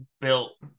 built